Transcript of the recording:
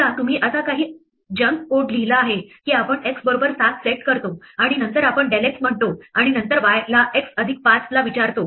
समजा तुम्ही असा काही जंक कोड लिहिला आहे की आपण x बरोबर 7 सेट करतो आणि नंतर आपण del x म्हणतो आणि नंतर y ला x अधिक 5 ला विचारतो